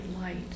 light